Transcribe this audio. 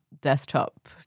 desktop